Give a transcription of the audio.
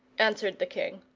answered the king.